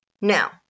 Now